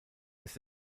ist